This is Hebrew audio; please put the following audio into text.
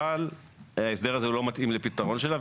אבל ההסדר הזה הוא לא מתאים לפתרון שלה,